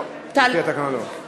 (קוראת בשמות חברי הכנסת)